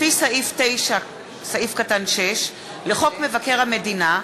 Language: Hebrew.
לפי סעיף 9(6) לחוק מבקר המדינה,